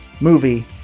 movie